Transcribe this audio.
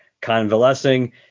convalescing